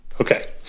okay